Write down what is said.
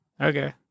Okay